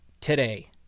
today